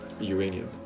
uranium